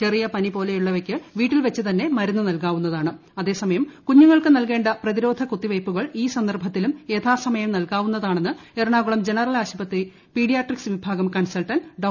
ചെറിയ പ്പ്പി പ്പോലുള്ളവയ്ക്ക് വീട്ടിൽ വച്ച് തന്നെ മരുന്ന് നൽകാവുന്നതാണ്ട് അതേ സമയം കുഞ്ഞുങ്ങൾക്ക് നൽകേണ്ട പ്രതിരോധ കുത്തീ വെയ്പ്പുകൾ ഈ സന്ദർഭത്തിലും യഥാസമയം നൽകാവൂന്നത്ത്ണെന്ന് എറണാകുളം ജനറൽ ആശുപത്രി പീഡിയ്യാട്ടിക്സ് വിഭാഗം കൺസൾട്ടന്റ് ഡോ